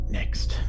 next